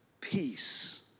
peace